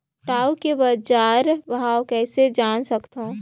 टाऊ के बजार भाव कइसे जान सकथव?